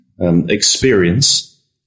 experience